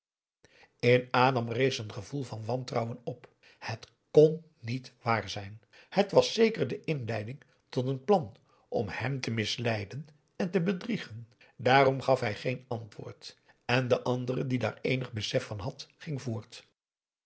in adam rees een gevoel van wantrouwen op het kon niet waar zijn het was zeker de inleiding tot een plan om hem te misleiden en te bedriegen daarom gaf hij geen antwoord en de andere die daar eenig besef van had ging voort